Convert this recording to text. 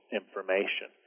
information